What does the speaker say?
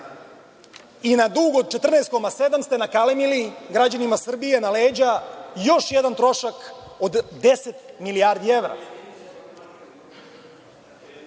i na dug od 14,7 ste nakalemili građanima Srbije na leđa još jedan trošak od 10 milijardi evra.